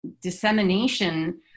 dissemination